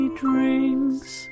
drinks